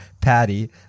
patty